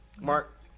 Mark